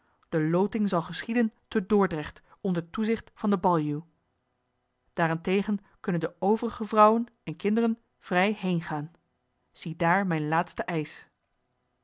de loting zal geschieden te dordrecht onder toezicht van den baljuw daarentegen kunnen de overige vrouwen en kinderen vrij heengaan ziedaar mijn laatsten